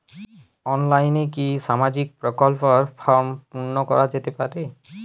অনলাইনে কি সামাজিক প্রকল্পর ফর্ম পূর্ন করা যেতে পারে?